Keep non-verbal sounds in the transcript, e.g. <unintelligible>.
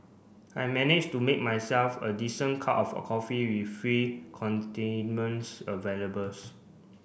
I managed to make myself a decent cup of a coffee with free <unintelligible> availables